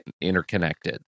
interconnected